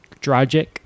Dragic